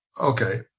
Okay